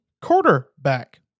quarterback